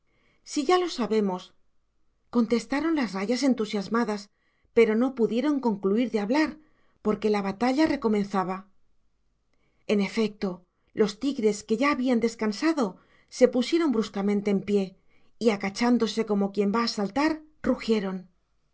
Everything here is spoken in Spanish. sí ya lo sabemos contestaron las rayas entusiasmadas pero no pudieron concluir de hablar porque la batalla recomenzaba en efecto los tigres que ya habían descansado se pusieron bruscamente en pie y agachándose como quien va saltar rugieron